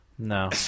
No